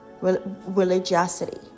religiosity